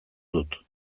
dut